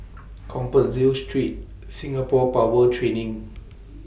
Compassvale Street Singapore Power Training